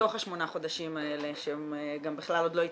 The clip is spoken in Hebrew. בתוך השמונה חודשים האלה שהם גם בכלל עוד לא התחילו,